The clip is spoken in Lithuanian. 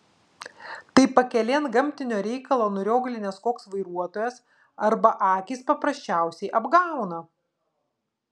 tai pakelėn gamtinio reikalo nurioglinęs koks vairuotojas arba akys paprasčiausiai apgauna